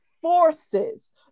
forces